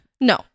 No